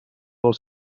als